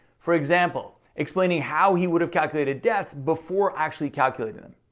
for example, explaining how he would have calculated deaths before actually calculating them.